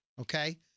Okay